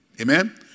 Amen